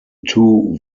two